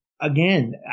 again